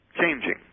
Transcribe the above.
Changing